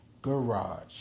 Garage